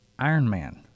Ironman